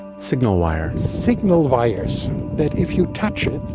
signal wires signal wires that if you touch it.